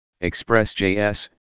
ExpressJS